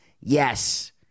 Yes